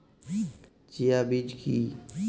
Chia বীজ কী?